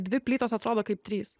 dvi plytos atrodo kaip trys